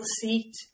seat